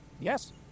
Yes